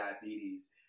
diabetes